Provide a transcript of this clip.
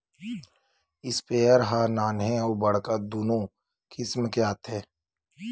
sprayer ह नान्हे अउ बड़का दुनो किसम के आथे